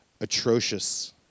atrocious